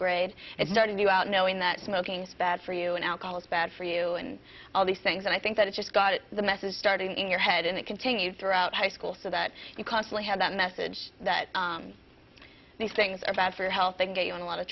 grade it started you out knowing that smoking is bad for you and alcohol is bad for you and all these things and i think that it just got the message starting in your head and it continues throughout high school so that you constantly have that message that these things are bad for your health they can get you in a lot of